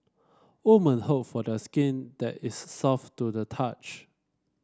women hope for the skin that is soft to the touch